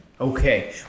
Okay